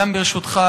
ברשותך,